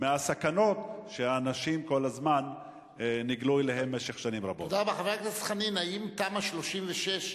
אני מזמן, אדוני השר,